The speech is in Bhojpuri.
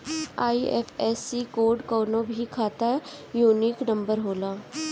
आई.एफ.एस.सी कोड कवनो भी खाता यूनिक नंबर होला